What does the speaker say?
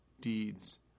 deeds